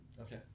Okay